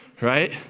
Right